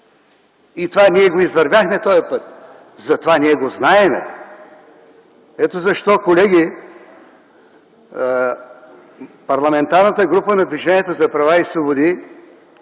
Ние извървяхме този път, затова го знаем. Ето защо, колеги, Парламентарната група на Движението за права и свободи